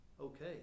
okay